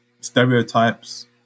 stereotypes